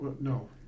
no